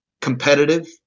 competitive